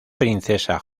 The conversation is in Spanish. princesa